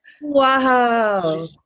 wow